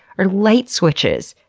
or light switches!